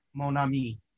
Monami